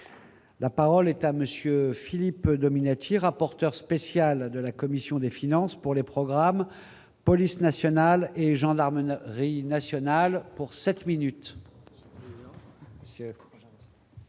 La parole est à monsieur Philippe Dominati, rapporteur spécial de la commission des finances pour les programmes, police nationale et gendarmes ne rit nationale pour 7 minutes.